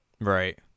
Right